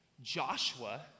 Joshua